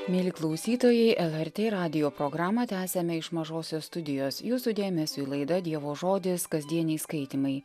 mieli klausytojai lrt radijo programą tęsiame iš mažosios studijos jūsų dėmesiui laida dievo žodis kasdieniai skaitymai